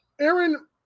Aaron